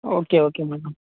okay okay madam